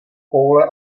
koule